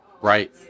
Right